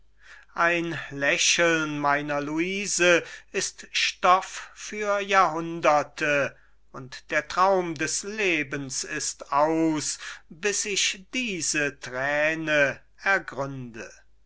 ein lächeln meiner luise ist stoff für jahrhunderte und der traum des lebens ist aus bis ich diese thräne ergründe